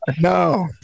No